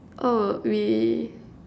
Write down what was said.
oh we